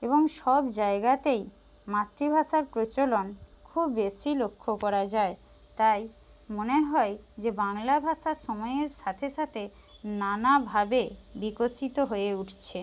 এবং সব জায়গাতেই মাতৃভাষার প্রচলন খুব বেশি লক্ষ্য করা যায় তাই মনে হয় যে বাংলা ভাষা সময়ের সাথে সাথে নানাভাবে বিকশিত হয়ে উঠছে